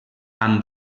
amb